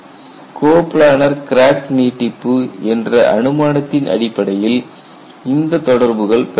coplanar crack நீட்டிப்பு என்ற அனுமானத்தின் அடிப்படையில் இந்த தொடர்புகள் பெறப்பட்டன